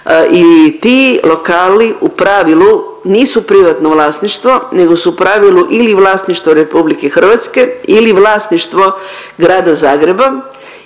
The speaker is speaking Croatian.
I ti lokali u pravilu nisu privatno vlasništvo nego su u pravilu ili vlasništvo RH ili vlasništvo Grada Zagreba